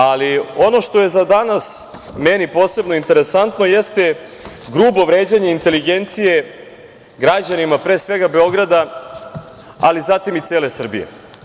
Ali, ono što je za danas meni posebno interesantno jeste grubo vređanje inteligencije građanima, pre svega Beograda, ali zatim i cele Srbije.